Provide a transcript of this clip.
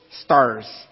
stars